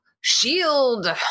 shield